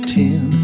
ten